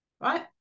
right